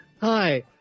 Hi